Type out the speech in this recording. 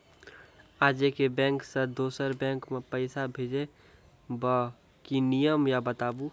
आजे के बैंक से दोसर बैंक मे पैसा भेज ब की नियम या बताबू?